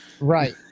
Right